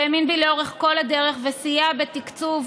שהאמין בי לאורך כל הדרך וסייע בתקצוב,